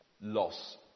loss